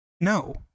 no